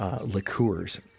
liqueurs